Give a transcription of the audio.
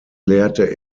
lehrte